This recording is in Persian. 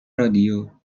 رادیو